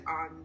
on